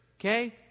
Okay